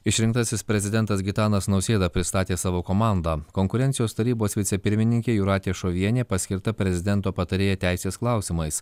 išrinktasis prezidentas gitanas nausėda pristatė savo komandą konkurencijos tarybos vicepirmininkė jūratė šovienė paskirta prezidento patarėja teisės klausimais